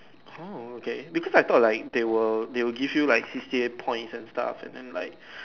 oh okay because I thought like they will they will give you like C_C_A points and stuff and then like